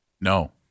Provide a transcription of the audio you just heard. No